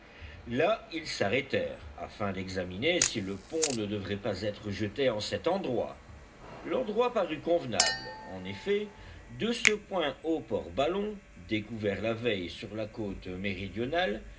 là ils s'arrêtèrent afin d'examiner si le pont ne devrait pas être jeté en cet endroit l'endroit parut convenable en effet de ce point au port ballon découvert la veille sur la côte méridionale